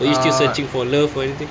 do you still searching for love or anything